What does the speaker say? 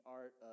art